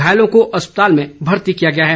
घायलों को अस्पताल में भर्ती किया गया है